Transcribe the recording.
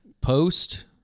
post